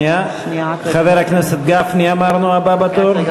חבר הכנסת גפני אמרנו הבא בתור.